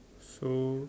so